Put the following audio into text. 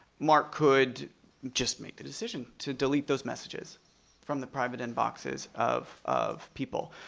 mark could just make the decision to delete those messages from the private inboxes of of people.